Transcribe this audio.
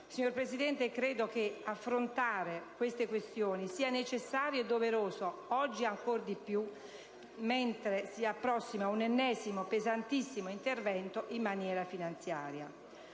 Signor Presidente, credo che affrontare queste questioni sia necessario e doveroso oggi ancor di più, mentre si approssima un ennesimo pesantissimo intervento in materia finanziaria.